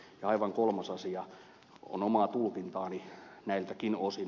ja aivan kolmas asia on omaa tulkintaani näiltäkin osin